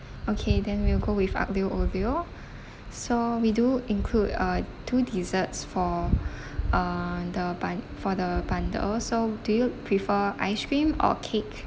okay then we'll go with aglio oglio so we do include uh two desserts for uh the bun~ for the bundle so do you prefer ice cream or cake